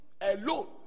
Alone